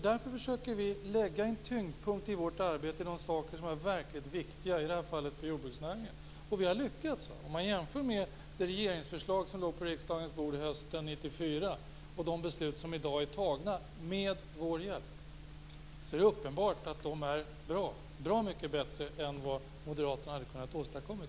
Därför försöker vi lägga en tyngdpunkt i vårt arbete på de saker som är verkligt viktiga - i det här fallet jordbruksnäringen. Vi har lyckats. Låt oss jämföra med de regeringsförslag som låg på riksdagens bord hösten 1994 och de beslut som i dag är fattade med vår hjälp. Det är uppenbart att de besluten är bra mycket bättre än vad Moderaterna hade åstadkommit.